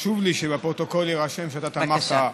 חשוב לי שבפרוטוקול יירשם שאתה תמכת,